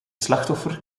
slachtoffer